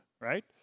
right